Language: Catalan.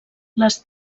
les